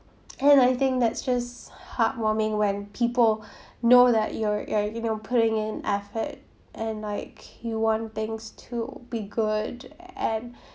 and then I think that's just heartwarming when people know that you're you're you know putting in effort and like you want things to be good and